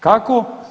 Kako?